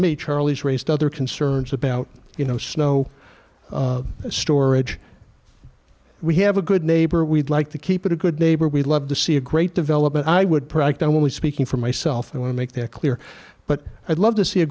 me charlie's raised other concerns about you know snow storage we have a good neighbor we'd like to keep it a good neighbor we'd love to see a great develop but i would predict only speaking for myself i want to make that clear but i'd love to see a